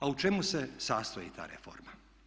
A u čemu se sastoji ta reforma?